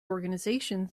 organization